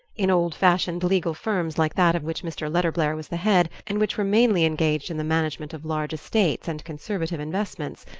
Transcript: in old-fashioned legal firms like that of which mr. letterblair was the head, and which were mainly engaged in the management of large estates and conservative investments,